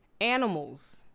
animals